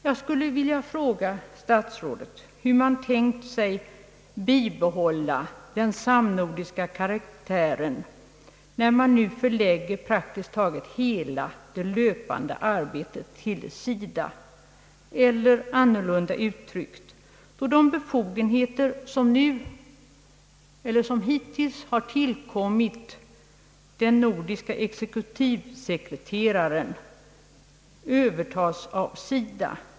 Jag skulle vilja fråga statsrådet hur man har tänkt sig kunna bibehålla den samnordiska karaktären, när man nu lägger praktiskt taget hela det löpande arbetet på SIDA, eller annorlunda uttryckt: då de befogenheter som hittills har tillkommit den nordiska exekutivsekreteraren övertas av SIDA?